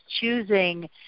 choosing